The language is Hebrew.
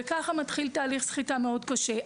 וככה מתחיל תהליך סחיטה מאוד קשה.